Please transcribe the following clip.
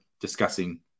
discussing